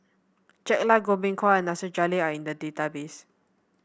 Jack Lai Goh Beng Kwan and Nasir Jalil are in the database